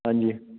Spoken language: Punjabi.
ਹਾਂਜੀ